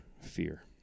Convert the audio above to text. fear